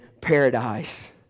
paradise